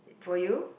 for you